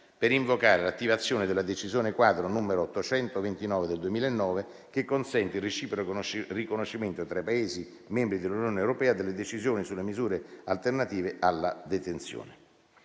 per invocare l'attivazione della decisione quadro n. 829 del 2009, che consente il reciproco riconoscimento tra i Paesi membri dell'Unione europea delle decisioni sulle misure alternative alla detenzione.